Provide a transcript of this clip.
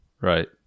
right